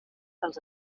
els